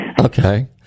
Okay